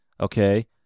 Okay